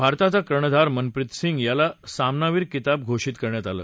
भारताचा कर्णधार मनप्रित सिंग याला सामानावीर किताब घोषित करण्यात आला